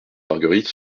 marguerite